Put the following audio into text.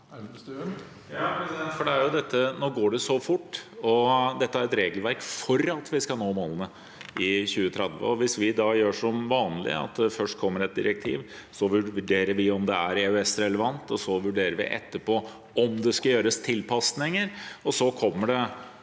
Nå går det så fort, og dette er et regelverk for at vi skal nå målene i 2030. Hvis vi da gjør som vanlig, kommer det først et direktiv, så vurderer vi om det er EØS-relevant, så vurderer vi etterpå om det skal gjøres tilpasninger, og så kommer